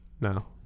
No